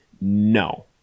no